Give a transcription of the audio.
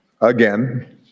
Again